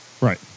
Right